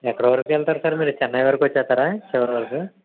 ఎక్కడి వరకు వెళ్తారు సార్ మీరు చెన్నై వరకు వచ్చేస్తారా చివరి వరకు